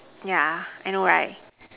ya I know right